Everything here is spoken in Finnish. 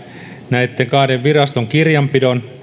näitten kahden viraston kirjanpidon